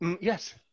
yes